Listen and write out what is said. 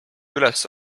üles